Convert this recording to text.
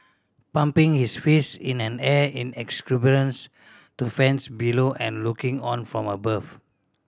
pumping his fist in an air in exuberance to fans below and looking on from above